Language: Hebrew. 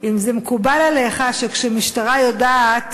אם מקובל עליך שכשהמשטרה יודעת